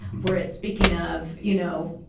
where it's speaking of, you know,